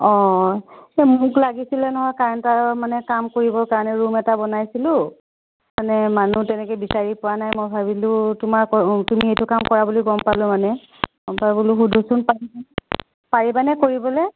অ' এই মোক লাগিছিলে নহয় কাৰেণ্টৰ মানে কাম কৰিবৰ কাৰণে ৰুম এটা বনাইছিলোঁ মানে মানুহ তেনেকৈ বিচাৰি পোৱা নাই মই ভাবিলোঁ তোমাৰ তুমি এইটো কাম কৰা বুলি গম পালোঁ মানে গম পাই বোলো সোধোচোন পাৰিবানে কৰিবলৈ